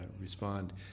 respond